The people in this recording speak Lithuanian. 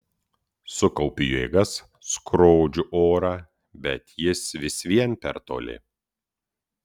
sukaupiu jėgas skrodžiu orą bet jis vis vien per toli